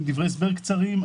עם דברי הסבר קצרים.